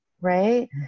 right